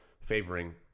favoring